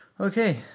Okay